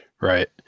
Right